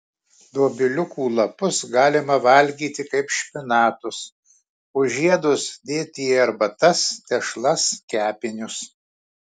dobiliukų lapus galima valgyti kaip špinatus o žiedus dėti į arbatas tešlas kepinius